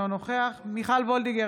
אינו נוכח מיכל וולדיגר,